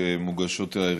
שמוגשות אליי,